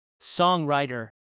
songwriter